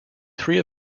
three